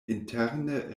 interne